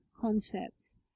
concepts